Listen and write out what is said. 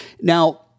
Now